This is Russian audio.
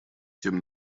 тем